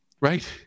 right